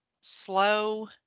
slow